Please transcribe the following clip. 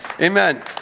Amen